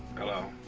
hello.